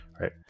right